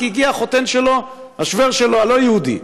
כי הגיע החותן שלו, השווער שלו, הלא-יהודי,